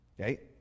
Okay